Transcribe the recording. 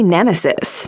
Nemesis